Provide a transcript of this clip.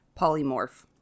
polymorph